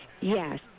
Yes